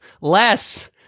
less